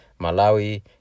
Malawi